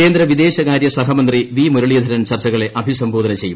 കേന്ദ്ര വിദേശകാര്യ സഹമന്ത്രി വി മുരളീധര്ൻ ചർച്ചകളെ അഭിസംബോധന ചെയ്യും